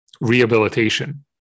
rehabilitation